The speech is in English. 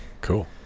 cool